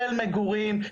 של מגורים,